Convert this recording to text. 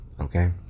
Okay